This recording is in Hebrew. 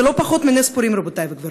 זה לא פחות מנס פורים, רבותי וגבירותי.